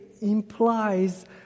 implies